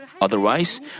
Otherwise